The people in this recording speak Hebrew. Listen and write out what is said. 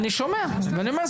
אני שומע ואני אומר,